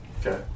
Okay